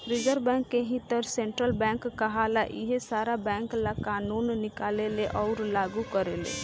reserve bank के ही त सेन्ट्रल बैंक कहाला इहे सारा बैंक ला कानून निकालेले अउर लागू करेले